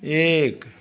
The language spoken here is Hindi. एक